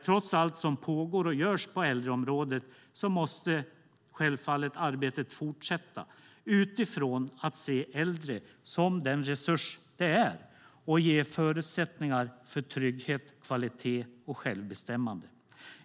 Trots allt som pågår och görs på äldreområdet måste självfallet arbetet fortsätta utifrån att se äldre som den resurs de är och ge förutsättningar för trygghet, kvalitet och självbestämmande.